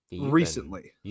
Recently